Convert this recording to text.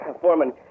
foreman